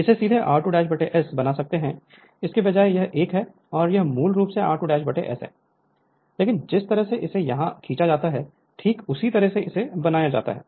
इसे सीधे r2S बना सकते हैं इसके बजाय यह एक है और यह मूल रूप से r2S है लेकिन जिस तरह से इसे यहाँ खींचा जाता है ठीक उसी तरह से इसे बनाया जाता है